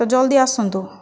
ତ' ଜଲଦି ଆସନ୍ତୁ